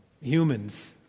humans